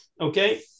Okay